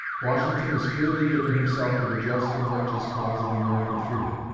washington was freely giving himself to the just and righteous cause of american freedom,